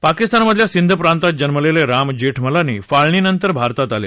पाकिस्तान मधल्या सिंध प्रांतात जन्मलेले राम जेठमलानी फाळणीनंतर भारतात आले